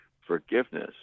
Forgiveness